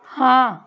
ਹਾਂ